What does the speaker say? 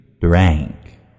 Drank